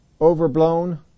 overblown